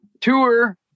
tour